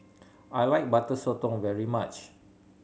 I like Butter Sotong very much